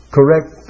Correct